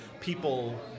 people